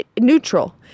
neutral